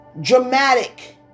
Dramatic